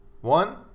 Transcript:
One